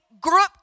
group